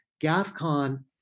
GAFCON